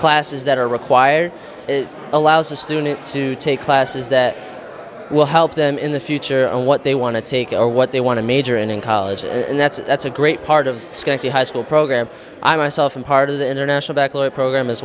classes that are required it allows a student to take classes that will help them in the future or what they want to take are what they want to major in college and that's that's a great part of school to high school program i myself i'm part of the international baccalaureate program as